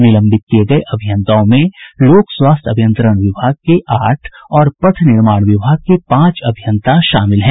निलंबित किये गये अभियंताओं में लोक स्वास्थ्य अभियंत्रण विभाग के आठ और पथ निर्माण विभाग के पांच अभियंता शामिल हैं